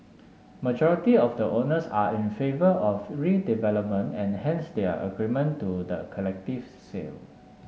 majority of the owners are in favour of redevelopment and hence their agreement to the collectives sale